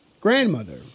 grandmother